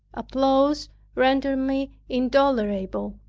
applause rendered me intolerable.